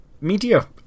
media